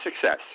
success